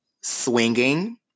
Swinging